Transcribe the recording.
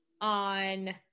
on